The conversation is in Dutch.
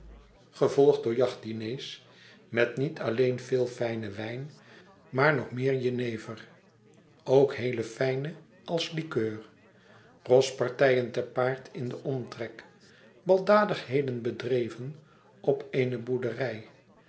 gevolgd door jachtdiners met niet alleen veel fijnen wijn maar nog meer jenever ook heele fijne als likeur rospartijen te paard in den omtrek baldadigheden bedreven op een boerderij